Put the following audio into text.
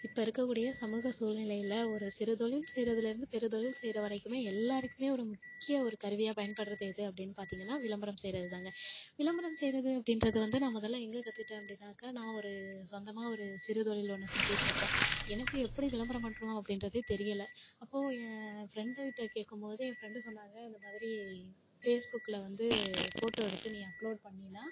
இப்போ இருக்கறக்கூடிய சமூக சூழ்நிலைல ஒரு சிறு தொழில் செய்கிறதுலேருந்து பெரு தொழில் செய்கிற வரைக்குமே எல்லோருக்குமே ஒரு முக்கிய ஒரு கருவியாக பயன்படுறது எது அப்படின்னு பார்த்தீங்கன்னா விளம்பரம் செய்கிறதுதாங்க விளம்பரம் செய்றது அப்படின்றது வந்து நான் முதல்ல எங்கள் கற்றுக்கிட்டேன் அப்படின்னாக்கா நான் ஒரு சொந்தமாக ஒரு சிறு தொழில் ஒன்று செஞ்சுட்ருக்கேன் எனக்கு எப்படி விளம்பரம் பண்ணுறோம் அப்படின்றதே தெரியலை அப்போ ஏன் ஃப்ரெண்டுக்கிட்டே கேட்கும் போது என் ஃப்ரெண்டு சொன்னாங்கள் இந்த மாதிரி ஃபேஸ்புக்கில் வந்து ஃபோட்டோ எடுத்து நீ அப்லோட் பண்ணின்னா